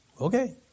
Okay